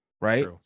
right